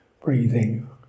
Breathing